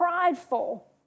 prideful